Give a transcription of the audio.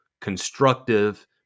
constructive